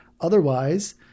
otherwise